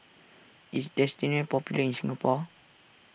is Dentiste popular in Singapore